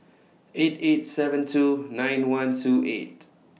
eight eight seven two nine one two eight